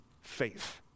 faith